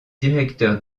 directeur